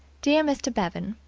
dear mr. bevan,